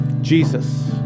Jesus